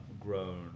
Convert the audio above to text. grown